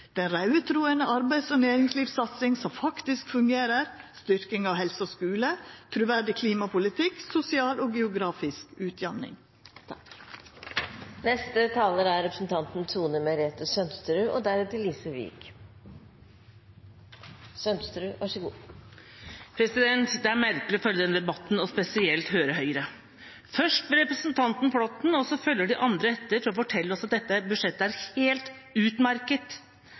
trur på ei arbeids- og næringslivssatsing som faktisk fungerer, styrking av helse og skule, truverdig klimapolitikk og sosial og geografisk utjamning. Det er merkelig å følge denne debatten og spesielt høre Høyre, først representanten Flåtten, og så følger de andre etter, fortelle oss at dette budsjettet er